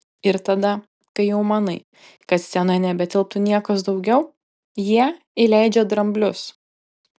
ir tada kai jau manai kad scenoje nebetilptų niekas daugiau jie įleidžia dramblius